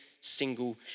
single